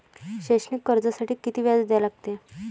शैक्षणिक कर्जासाठी किती व्याज द्या लागते?